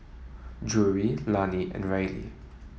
Drury Lani and Reilly